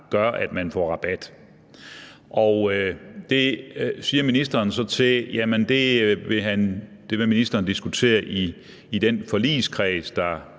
gør, at man får rabat. Til det siger ministeren så, at det vil ministeren diskutere i den forligskreds,